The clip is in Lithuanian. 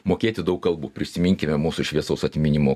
mokėti daug kalbų prisiminkime mūsų šviesaus atminimo